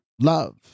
love